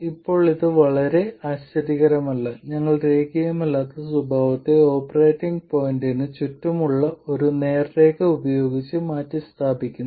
ഇപ്പോൾ ഇത് വളരെ ആശ്ചര്യകരമല്ല ഞങ്ങൾ രേഖീയമല്ലാത്ത സ്വഭാവത്തെ ഓപ്പറേറ്റിംഗ് പോയിന്റിന് ചുറ്റുമുള്ള ഒരു നേർരേഖ ഉപയോഗിച്ച് മാറ്റിസ്ഥാപിക്കുന്നു